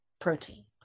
protein